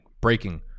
breaking